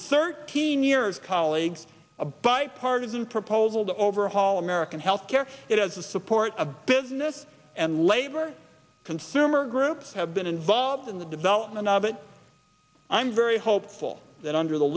thirteen years colleagues a bipartisan proposal to overhaul american health care it has the support of business and labor consumer groups have been involved in the development of it i'm very hopeful that under the